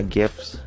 gifts